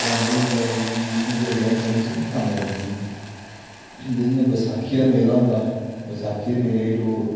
तरांबड़ियां बगैरा लेई लेइयां जेह्कियां कोई बयाहें श्याहें च कम्म दिंदियां हियां जि'यां बसाखी दा मेला हुंदा बसाखी दे मेले च लोक